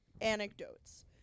anecdotes